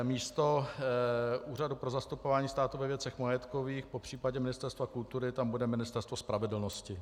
Místo Úřadu pro zastupování státu ve věcech majetkových, popřípadě Ministerstva kultury, tam bude Ministerstvo spravedlnosti.